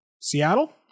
Seattle